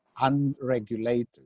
unregulated